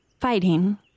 fighting